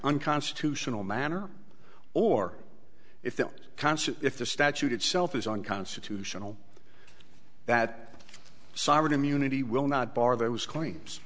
unconstitutional manner or if that concept if the statute itself is unconstitutional that sovereign immunity will not bar there was claims